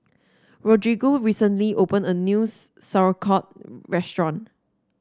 Rodrigo recently opened a new Sauerkraut restaurant